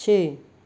ਛੇ